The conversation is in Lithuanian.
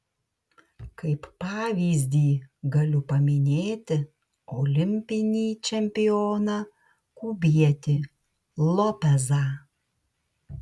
kaip pavyzdį galiu paminėti olimpinį čempioną kubietį lopezą